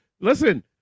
Listen